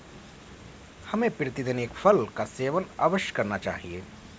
हमें प्रतिदिन एक फल का सेवन अवश्य करना चाहिए